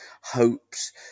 hopes